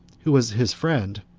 who was his friend,